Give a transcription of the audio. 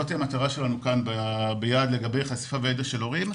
זו המטרה שלנו ביעד לגבי חשיפה וידע של הורים,